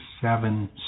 seven